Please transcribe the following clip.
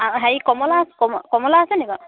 হেৰি কমলা কমলা আছে নেকি বাৰু